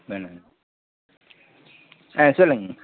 வேணாங்க ஆ சொல்லுங்கள்